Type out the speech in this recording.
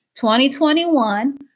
2021